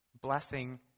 blessing